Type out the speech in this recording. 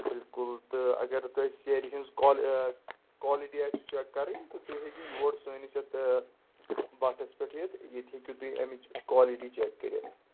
بالکل تہٕ اگر تۄہہِ سیرِ ہِنٛز کالِ کالِٹی آسِوٕ چک کَرٕنۍ تہٕ تُہۍ ہیٚکِو یور سٲنِس یَتھ بَٹھَس پٮ۪ٹھ یِتھ ییٚتہِ ہیٚکِو تُہۍ اَمِچ کالِٹی چَک کٔرِتھ